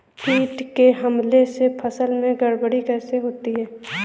कीट के हमले से फसल में गड़बड़ी कैसे होती है?